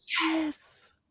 yes